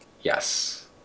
Yes